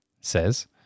says